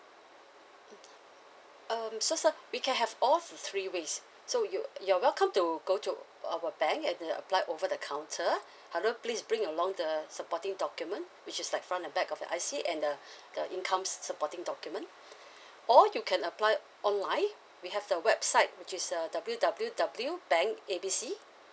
mm um so sir we can have all the three ways so you you are welcome to go to our bank and then apply over the counter however please bring along the supporting document which is like front and back of your I_C and the the income supporting document or you can apply online we have the website which is uh W W W bank A B C